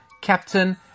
captain